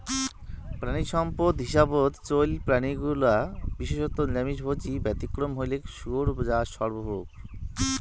প্রাণীসম্পদ হিসাবত চইল প্রাণীগুলা বিশেষত নিরামিষভোজী, ব্যতিক্রম হইলেক শুয়োর যা সর্বভূক